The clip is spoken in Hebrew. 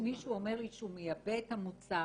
כשמישהו אומר לי שהוא מייבא את המוצר,